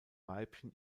weibchen